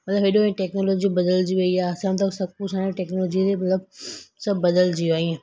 मतिलबु हेॾो इहा टेक्नोलॉजी बदिलजी वई आहे सम्झो सभु कुझु टेक्नोलॉजी जे मतिलबु सभु बदिलजी वियो आहे ईअं